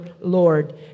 Lord